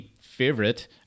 favorite